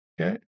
Okay